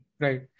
Right